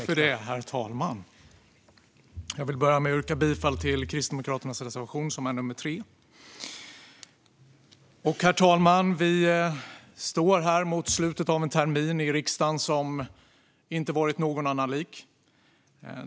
Herr talman! Jag vill börja med att yrka bifall till Kristdemokraternas reservation, som är nr 3. Herr talman! Vi står här i riksdagen mot slutet av en termin som inte har varit någon annan lik.